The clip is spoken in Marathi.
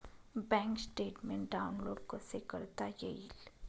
बँक स्टेटमेन्ट डाउनलोड कसे करता येईल?